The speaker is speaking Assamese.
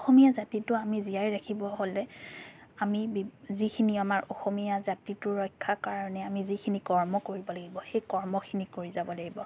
অসমীয়া জাতিটো আমি জীয়াই ৰাখিব হ'লে আমি বিভ যিখিনি আমাৰ অসমীয়া জাতিটোৰ ৰক্ষাৰ কাৰণে আমি যিখিনি কৰ্ম কৰিব লাগিব সেই কৰ্মখিনি কৰি যাব লাগিব